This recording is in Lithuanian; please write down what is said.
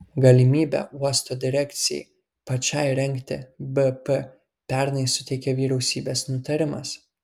galimybę uosto direkcijai pačiai rengti bp pernai suteikė vyriausybės nutarimas